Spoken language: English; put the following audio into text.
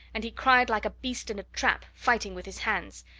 and he cried like a beast in a trap, fighting with his hands.